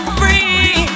free